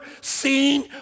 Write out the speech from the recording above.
seen